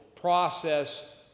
process